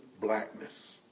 blackness